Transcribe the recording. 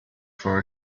for